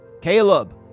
Caleb